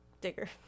digger